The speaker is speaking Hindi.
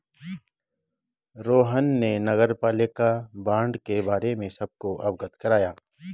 रोहन ने नगरपालिका बॉण्ड के बारे में सबको अवगत कराया